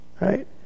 Right